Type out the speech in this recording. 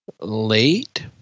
late